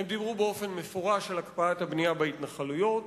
הם דיברו באופן מפורש על הקפאת הבנייה בהתנחלויות